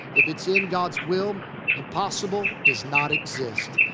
if it's in god's will, impossible does not exist.